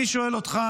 אני שואל אותך,